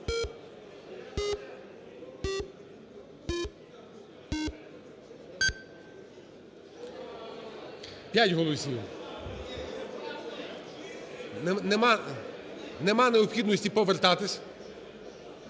П'ять голосів. Немає необхідності повертатись.